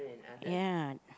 ya